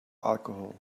alcohol